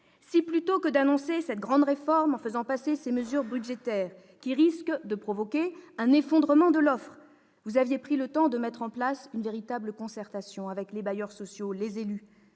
plutôt que d'annoncer une grande réforme du logement et de faire passer des mesures budgétaires qui risquent de provoquer un effondrement de l'offre, vous aviez pris le temps de mettre en place une véritable concertation avec les bailleurs sociaux et avec